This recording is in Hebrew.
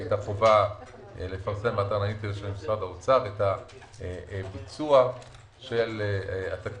את החובה לפרסם באתר האינטרנט של משרד האוצר את הביצוע של התקציב,